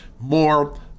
more